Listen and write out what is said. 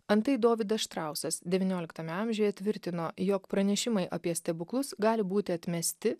antai dovydas štrausas devynioliktame amžiuje tvirtino jog pranešimai apie stebuklus gali būti atmesti